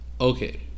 Okay